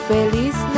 Feliz